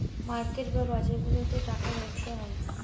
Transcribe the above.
market বা বাজারগুলাতে টাকার ব্যবসা হয়